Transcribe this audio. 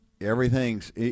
everything's